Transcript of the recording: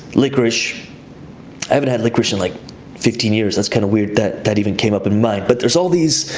licorice. i haven't had licorice in like fifteen years, that's kind of weird that that even came up in mind, but there's all these